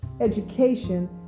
education